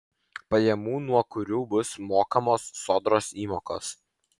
pajamų nuo kurių bus mokamos sodros įmokos